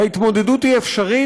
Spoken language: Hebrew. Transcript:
ההתמודדות היא אפשרית,